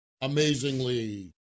amazingly